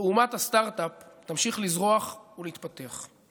ואומת הסטרטאפ תמשיך לזרוח ולהתפתח.